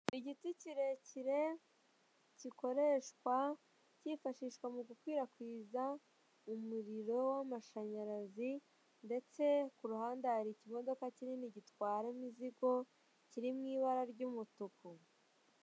Igiti kirekire gikoreshwa cyifashishwa mu gukwirakwiza umuriro w'amashanyarazi, ndetse ku ruhande hari ikimodoka kinini gitwara imizigo kiri mu ibara ry'umutuku.